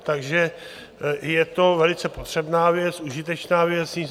Takže je to velice potřebná věc, užitečná věc.